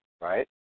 right